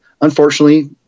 unfortunately